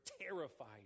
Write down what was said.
terrified